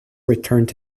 returned